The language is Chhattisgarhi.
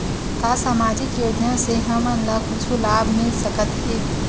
का सामाजिक योजना से हमन ला कुछु लाभ मिल सकत हे?